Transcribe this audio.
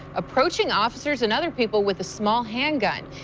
approaching officers and other people with a small handgun.